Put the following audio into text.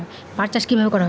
পাট চাষ কীভাবে করা হয়?